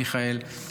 מיכאל,